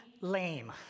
lame